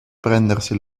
prendersi